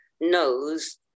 knows